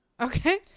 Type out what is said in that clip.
Okay